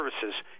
services